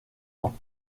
ans